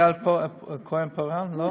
יעל כהן-פארן, לא?